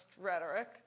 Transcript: rhetoric